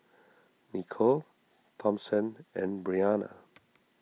Nicole Thompson and Brianna